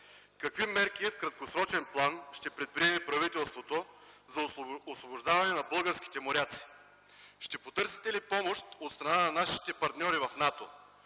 Какви мерки в краткосрочен план ще предприеме правителството за освобождаването на българските моряци? Ще потърсите ли помощ от страна на нашите партньори в НАТО